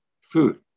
food